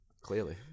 Clearly